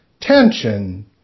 tension